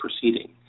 proceeding